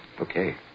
Okay